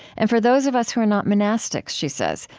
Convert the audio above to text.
and for those of us who are not monastics, she says,